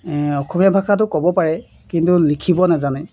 অসমীয়া ভাষাটো ক'ব পাৰে কিন্তু লিখিব নেজানে